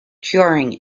curing